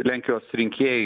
lenkijos rinkėjai